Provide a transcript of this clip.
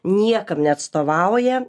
niekam neatstovauja